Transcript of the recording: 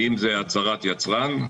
האם זה הצהרת יצרן?